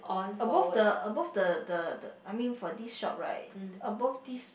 above the above the the the I mean for this shop right above this